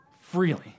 freely